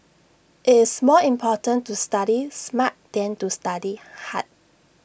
IT is more important to study smart than to study hard